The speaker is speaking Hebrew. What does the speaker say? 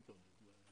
הסוכנות, שי?